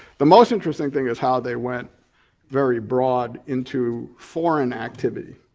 the most interesting thing is how they went very broad into foreign activity.